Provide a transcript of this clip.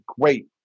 great